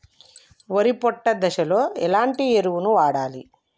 వరి పొట్ట దశలో ఎలాంటి ఎరువును వాడాలి?